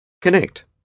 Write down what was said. Connect